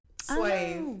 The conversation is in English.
slave